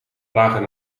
lagen